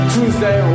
Tuesday